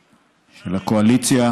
של הקואליציה,